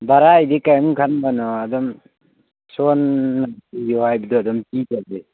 ꯚꯥꯔꯥꯒꯤꯗꯤ ꯀꯔꯤꯝ ꯈꯟꯒꯅꯣ ꯑꯗꯨꯝ ꯁꯣꯝꯅ ꯄꯤꯌꯣ ꯍꯥꯏꯕꯗꯣ ꯑꯗꯨꯝ ꯄꯤꯖꯒꯦ